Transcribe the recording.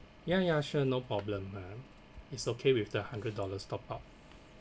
ya ya sure no problem ma'am it's okay with the hundred dollars top up